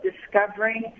discovering